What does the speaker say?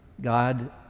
God